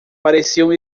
pareciam